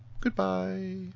Goodbye